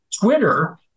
Twitter